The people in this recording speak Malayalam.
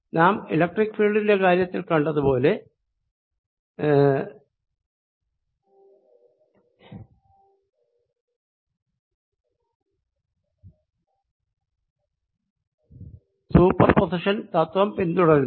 നാം ഇലക്ട്രിക്ക് ഫീൽഡിന്റെ കാര്യത്തിൽ കണ്ടത് പോലെ ഇതും സൂപ്പർ പൊസിഷൻ തത്വം പിന്തുടരുന്നു